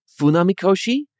Funamikoshi